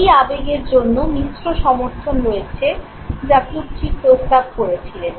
এই আবেগের জন্য মিশ্র সমর্থন রয়েছে যা প্লুটচিক প্রস্তাব করেছিলেন